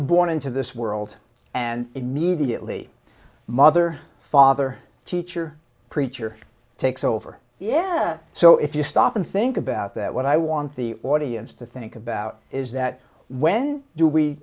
born into this world and immediately mother father teacher preacher takes over yeah so if you stop and think about that what i want the audience to think about is that when do we